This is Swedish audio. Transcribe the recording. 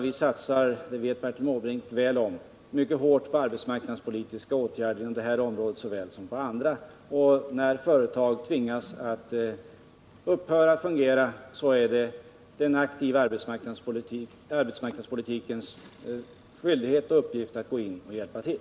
Bertil Måbrink vet mycket väl att vi satsar hårt på arbetsmarknadspolitiska åtgärder inom detta område såväl som i andra delar av Sverige. När företag tvingas att upphöra skall arbetsmarknadspolitiken gå in och hjälpa till.